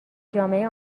جامعه